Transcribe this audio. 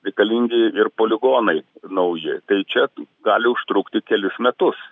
reikalingi ir poligonai nauji tai čia gali užtrukti kelis metus